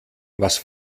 was